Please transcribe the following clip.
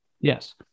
yes